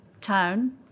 town